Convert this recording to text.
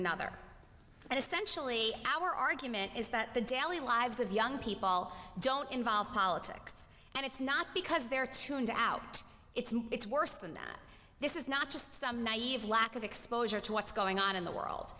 another and essentially our argument is that the daily lives of young people don't involve politics and it's not because they're tuned out it's it's worse than that this is not just some naive lack of exposure to what's going on in the world